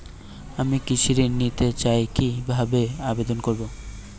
আমি কৃষি ঋণ নিতে চাই কি ভাবে আবেদন করব?